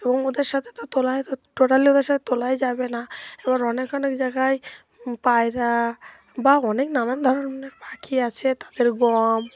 এবং ওদের সাথে তো তোলায় তো টোটালি ওদের সাথে তোলাই যাবে না এবার অনেক অনেক জায়গায় পায়রা বা বা অনেক নানান ধরনের পাখি আছে তাদের গম